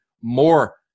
more